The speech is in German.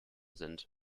sind